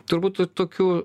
turbūt tų tokių